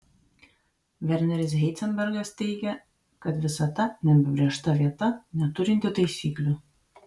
verneris heizenbergas teigė kad visata neapibrėžta vieta neturinti taisyklių